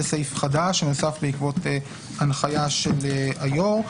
זה סעיף חדש שנוסף בעקבות הנחיה של היו"ר,